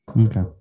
Okay